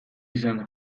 izana